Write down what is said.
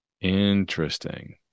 Interesting